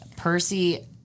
Percy